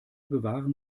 bewahren